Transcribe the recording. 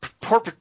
poor